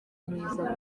mwiza